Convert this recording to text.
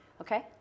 Okay